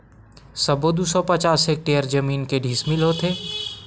सबो दू सौ पचास हेक्टेयर जमीन के डिसमिल होथे?